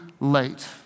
late